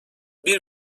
bir